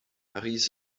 paris